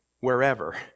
wherever